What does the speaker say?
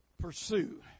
Pursue